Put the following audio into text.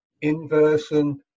inversion